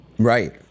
Right